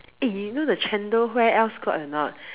eh you know the chendol where else got or not